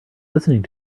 listening